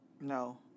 No